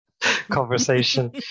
conversation